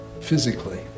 physically